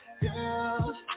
girls